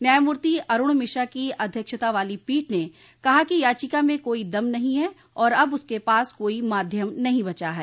न्यायमूर्ति अरूण मिश्रा की अध्यक्षता वाली पीठ ने कहा कि याचिका में काई दम नहीं है और अब उसके पास कोई माध्यम नहीं बचा है